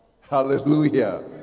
Hallelujah